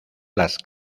las